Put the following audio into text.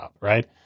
right